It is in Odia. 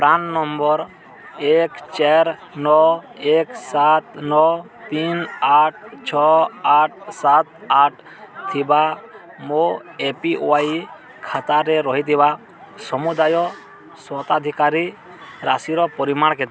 ପ୍ରାନ୍ ନମ୍ବର୍ ଏକ ଚାରି ନଅ ଏକ ସାତ ନଅ ତିନି ଆଠ ଛଅ ଆଠ ସାତ ଆଠ ଥିବା ମୋ ଏ ପି ୱାଇ ଖାତାରେ ରହିଥିବା ସମୁଦାୟ ସ୍ୱତ୍ୱାଧିକାର ରାଶିର ପରିମାଣ କେତେ